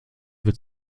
wird